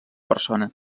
persona